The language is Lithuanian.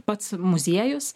pats muziejus